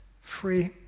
free